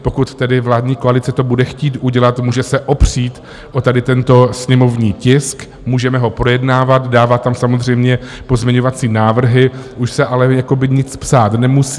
Pokud tedy to vládní koalice bude chtít udělat, může se opřít o tady tento sněmovní tisk, můžeme ho projednávat, dávat tam samozřejmě pozměňovací návrhy, už se ale nic psát nemusí.